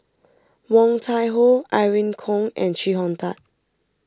Woon Tai Ho Irene Khong and Chee Hong Tat